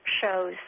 shows